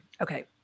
okay